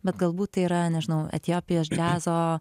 bet galbūt yra nežinau etiopijos džiazo